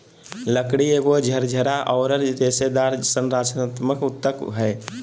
लकड़ी एगो झरझरा औरर रेशेदार संरचनात्मक ऊतक हइ